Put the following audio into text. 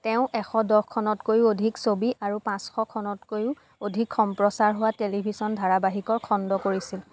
তেওঁ এশ দহখনতকৈও অধিক ছবি আৰু পাঁচশখনতকৈও অধিক সম্প্ৰচাৰ হোৱা টেলিভিছন ধাৰাবাহিকৰ খণ্ড কৰিছিল